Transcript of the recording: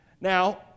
Now